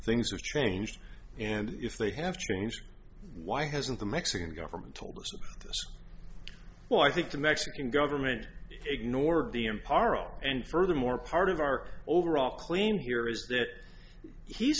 things have changed and if they have changed why hasn't the mexican government told us well i think the mexican government ignored the imperil and furthermore part of our overall claim here is that he's